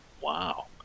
Wow